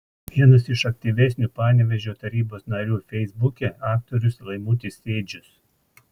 vienas iš aktyvesnių panevėžio tarybos narių feisbuke aktorius laimutis sėdžius